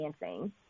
dancing